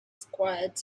squad